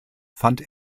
fand